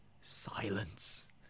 silence